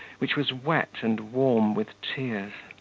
which was wet and warm with tears.